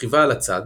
שכיבה על הצד,